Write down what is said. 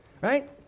right